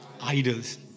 idols